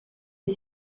est